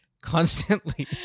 constantly